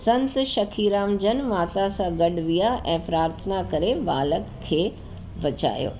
संत शखीराम जन माता सां गॾु विया ऐं प्रार्थना करे ॿालक खे बचायो